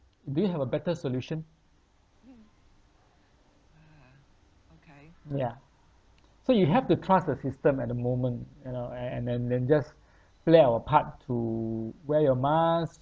do you have a better solution ya so you have to trust the system at the moment you know a~ and then then just play our part to wear your mask